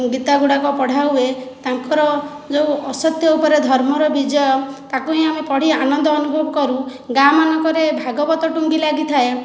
ଗୀତାଗୁଡ଼ାକ ପଢ଼ା ହୁଏ ତାଙ୍କର ଯେଉଁ ଅସତ୍ୟ ଉପରେ ଧର୍ମର ବିଜୟ ତାକୁ ହିଁ ଆମେ ପଢ଼ି ଆନନ୍ଦ ଅନୁଭବ କରୁ ଗାଁମାନଙ୍କରେ ଭାଗବତ ଟୁଙ୍ଗି ଲାଗିଥାଏ